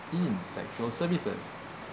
in sexual services